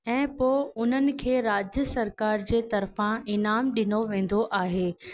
ऐं पोइ उन्हनि खे राज्य सरकार जे तर्फ़ां इनाम ॾिनो वेंदो आहे